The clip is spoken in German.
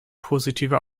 positive